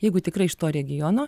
jeigu tikrai iš to regiono